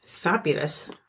Fabulous